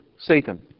Satan